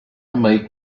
make